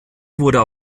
wurden